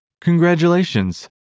Congratulations